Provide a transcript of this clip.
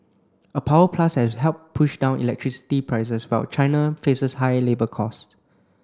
a power plus has helped push down electricity prices while China faces high labour cost